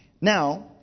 Now